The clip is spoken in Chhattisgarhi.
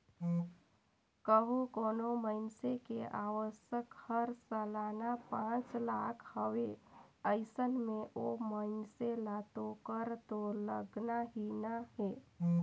कंहो कोनो मइनसे के आवक हर सलाना पांच लाख हवे अइसन में ओ मइनसे ल तो कर तो लगना ही नइ हे